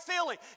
feeling